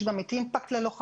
יש גם את "אימפקט ללוחמים"